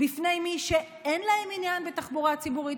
בפני מי שאין להם עניין בתחבורה ציבורית